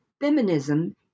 Feminism